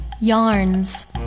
Yarns